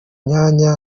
myanya